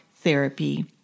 therapy